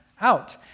out